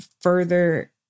further